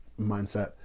mindset